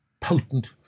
potent